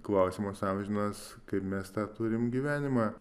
klausimas amžinas kaip mes tą turim gyvenimą